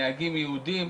נהגים יהודים,